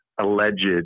alleged